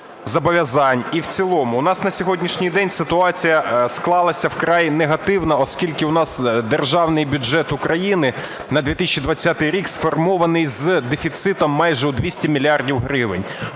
зобов'язань. І в цілому у нас на сьогоднішній день ситуація склалася вкрай негативно, оскільки у нас Державний бюджет України на 2020 рік сформований з дефіцитом майже у 200 мільярдів гривень.